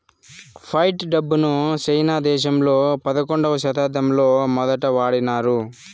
fight డబ్బును China దేశంలో పదకొండవ శతాబ్దంలో మొదటి వాడినారు